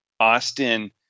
Austin